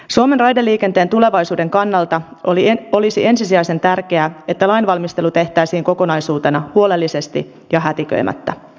suomen raideliikenteen tulevaisuuden kannalta olisi ensisijaisen tärkeää että lainvalmistelu tehtäisiin kokonaisuutena huolellisesti ja hätiköimättä